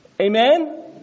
Amen